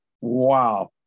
wow